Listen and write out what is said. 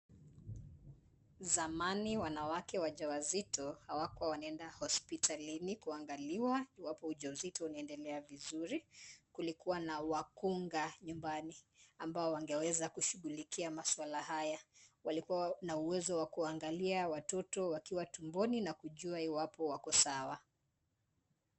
Zamani wanawake wajawazito hawakua wanaenda hospitalini kuangaliwa iwapo ujauzito unaendelea vizuri. Kulikua na wakunga nyumbani ambao wangeweza kushughulikia maswala haya. Walikua na uwezo wa kuwaangalia watoto wakiwa tumboni na kujua iwapo wako sawa.